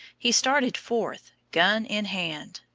he started forth, gun in hand.